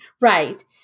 Right